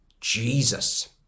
Jesus